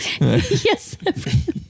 Yes